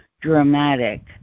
dramatic